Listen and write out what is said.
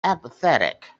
apathetic